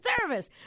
service